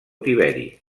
tiberi